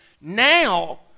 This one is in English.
now